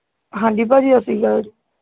ਹਾਂਜੀ ਭਾਅ ਜੀ ਸਤਿ ਸ਼੍ਰੀ ਅਕਾਲ ਜੀ